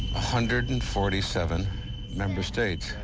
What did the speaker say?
hundred and forty seven member states.